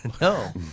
No